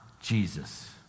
Jesus